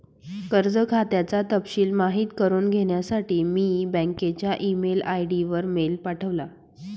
कर्ज खात्याचा तपशिल माहित करुन घेण्यासाठी मी बँकच्या ई मेल आय.डी वर मेल पाठवला